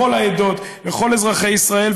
בכל העדות וכל אזרחי ישראל,